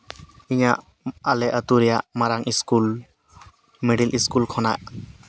ᱤᱧᱟᱹᱜ ᱟᱞᱮ ᱟᱹᱛᱩ ᱨᱮᱭᱟᱜ ᱢᱟᱨᱟᱝ ᱥᱠᱩᱞ ᱢᱤᱰᱤᱞ ᱥᱠᱩᱞ ᱠᱷᱚᱱᱟᱜ